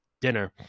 dinner